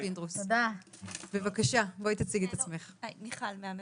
היי שמי מיכל מהממ"מ.